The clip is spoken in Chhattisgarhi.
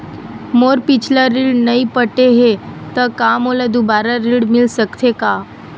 मोर पिछला ऋण नइ पटे हे त का मोला दुबारा ऋण मिल सकथे का?